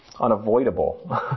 Unavoidable